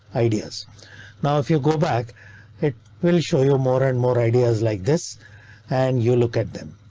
ideas now if you go back it will show you more and more ideas like this and you look at them.